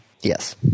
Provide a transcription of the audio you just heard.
Yes